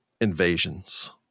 invasions